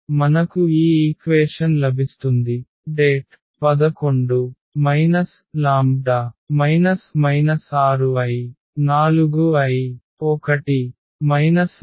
మనకు ఈ ఈక్వేషన్ లభిస్తుంది 11 λ 6i 4i 1 λ 0